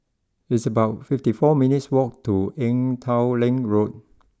it's about fifty four minutes' walk to Ee Teow Leng Road